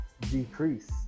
decrease